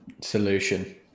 solution